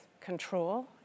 control